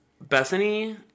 Bethany